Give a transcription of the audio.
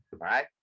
right